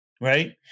right